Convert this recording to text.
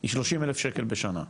היא 30 אלף שקל בשנה.